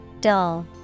Dull